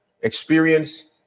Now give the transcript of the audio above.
experience